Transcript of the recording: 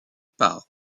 par